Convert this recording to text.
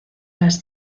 las